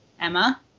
Emma